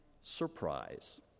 surprise